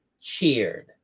cheered